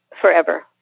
forever